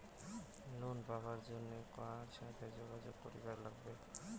Loan পাবার জন্যে কার সাথে যোগাযোগ করিবার লাগবে?